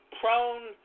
prone